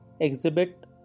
exhibit